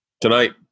Tonight